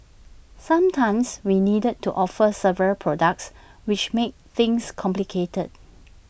sometimes we needed to offer several products which made things complicated